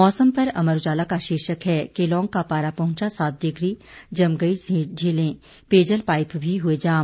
मौसम पर अमर उजाला का शीर्षक है केलांग का पारा पहुंचा सात डिग्री जम गई झीलें पेयजल पाइप भी हुए जाम